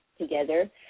together